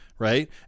Right